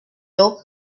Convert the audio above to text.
dope